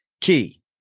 key